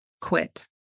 quit